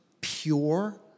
pure